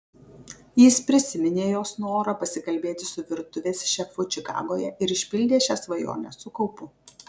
jis prisiminė jos norą pasikalbėti su virtuvės šefu čikagoje ir išpildė šią svajonę su kaupu